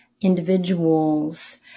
individuals